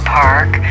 park